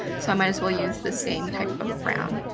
so i might as well use the same type of brown.